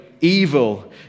evil